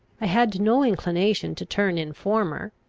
i had no inclination to turn informer.